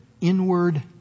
inward